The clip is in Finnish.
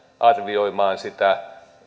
arvioimaan sitä